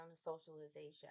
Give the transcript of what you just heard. socialization